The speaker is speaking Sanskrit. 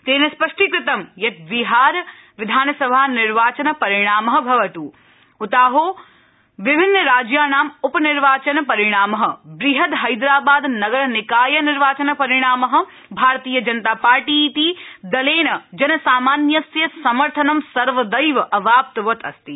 तेन स्पष्टीकृतं यत् विहार विधान सभा निर्वाचन परिणाम भवत् उताहो विभिन्न राज्याणां उपनिर्वाचन परिणाम वृहद हैदराबाद नगर निकाय निर्वाचन परिणाम भारतीय जनता पार्टी इति दलेन जनसामान्यस्य समर्थनं सर्वदैव अवाप्तवत् अस्ति